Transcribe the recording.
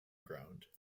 ground